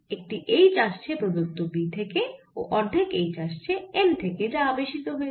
একটি H আসছে প্রদত্ত B থেকে ও অর্ধেক H আসছে M থেকে যা আবেশিত হয়েছে